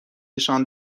نشان